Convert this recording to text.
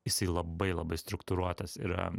jisai labai labai struktūruotas yra